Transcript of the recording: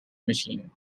machine